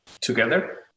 together